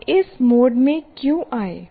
हम इस मोड में क्यों आए